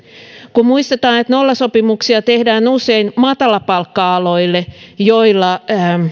kun muistetaan että nollasopimuksia tehdään usein matalapalkka aloille joilla